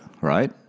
right